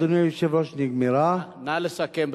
אדוני היושב-ראש, נגמרה, נא לסכם.